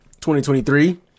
2023